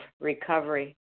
recovery